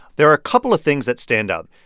there are a couple of things that stand out.